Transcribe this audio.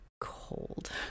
cold